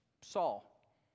Saul